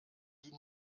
die